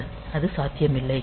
அது சாத்தியமில்லை